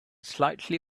slightly